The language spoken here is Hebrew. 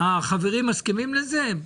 החברים מסכימים לזה?